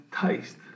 taste